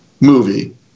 movie